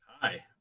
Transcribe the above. hi